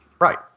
Right